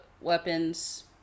weapons